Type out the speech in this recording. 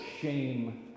shame